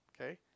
okay